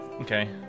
Okay